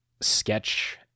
sketch